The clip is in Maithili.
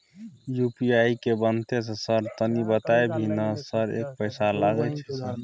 यु.पी.आई की बनते है सर तनी बता भी ना सर एक पैसा लागे छै सर?